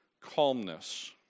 calmness